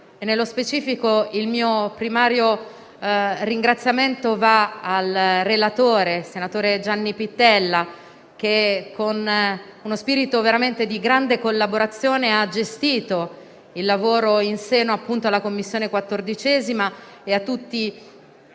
Nello specifico, il mio primario ringraziamento va al relatore, senatore Gianni Pittella, che con uno spirito di grande collaborazione ha gestito il lavoro in seno alla 14a Commissione, e a tutti